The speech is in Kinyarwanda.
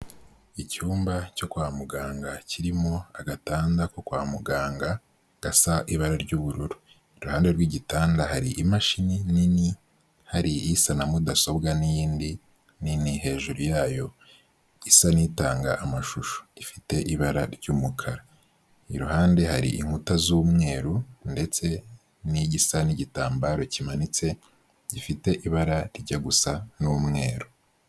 Icyumba cyo kwa muganga kirimo agatanda ko kwa muganga gasa ibara ry'ubururu, iruhande rw'igitanda hari imashini nini, hari isa na mudasobwa n'iyindi nini hejuru yayo isa n'itanga amashusho ifite ibara ry'umukara, iruhande hari inkuta z'umweru ndetse n'igisa n'igitambaro kimanitse gifite ibara rijya gusa n'umweru.